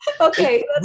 okay